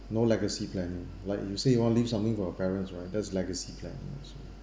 no legacy planning like you say you want to leave something for your parents right that is legacy planning also